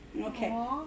Okay